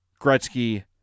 Gretzky